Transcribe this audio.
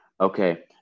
Okay